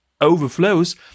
overflows